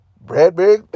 Bradbury